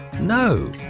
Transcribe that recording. No